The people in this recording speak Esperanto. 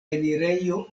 enirejo